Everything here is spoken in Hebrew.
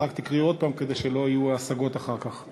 אז רק תקראי עוד הפעם כדי שלא יהיו השגות אחר כך.